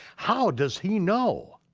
how does he know?